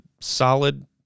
solid